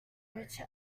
which